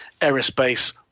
aerospace